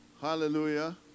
Hallelujah